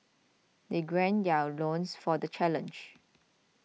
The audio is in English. they gird their loins for the challenge